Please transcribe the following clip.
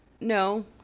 no